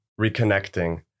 reconnecting